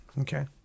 Okay